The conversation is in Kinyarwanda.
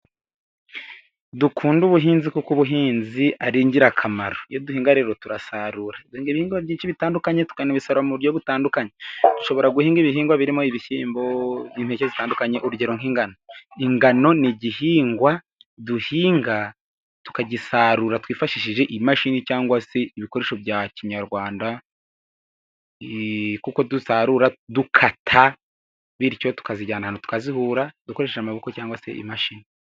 Dukunde ubuhinzi kuko ubuhinzi ari ingirakamaro, iyo duhinga rero turasarura, duhinga ibihingwa byinshi bitandukanye tukanabisarura mu buryo butandukanye, dushobora guhinga ibihingwa birimo ibishyimbo n'impeke zitandukanye urugero nk'ingano, ingano ni igihingwa duhinga tukagisarura twifashishije imashini, cyangwa se ibikoresho bya kinyarwanda kuko dusarura dukata, bityo tukazijyana ahantu tukazihura dukoresheje amaboko cyangwa se imashini.